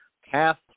half